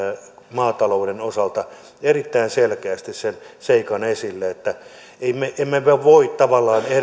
maatalouden osalta erittäin selkeästi sen seikan esille että emme me voi tavallaan